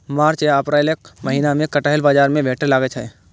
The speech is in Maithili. मार्च आ अप्रैलक महीना मे कटहल बाजार मे भेटै लागै छै